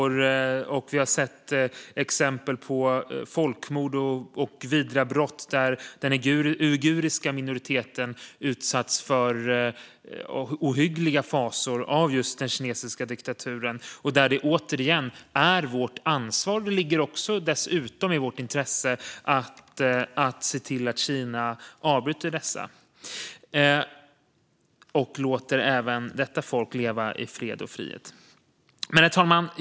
Vi har sett exempel på folkmord och vidriga brott där den uiguriska minoriteten utsatts för ohyggliga fasor av just den kinesiska diktaturen. Även detta är vårt ansvar. Det ligger också i vårt intresse att se till att Kina avbryter detta och låter även detta folk leva i fred och frihet. Herr talman!